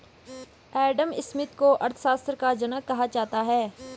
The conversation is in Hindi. एडम स्मिथ को अर्थशास्त्र का जनक कहा जाता है